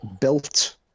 built